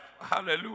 hallelujah